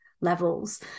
levels